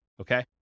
Okay